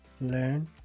learn